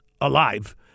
alive